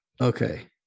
Okay